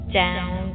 down